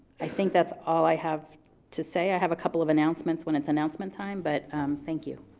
i think that's all i have to say. i have a couple of announcements when it's announcement time, but thank you.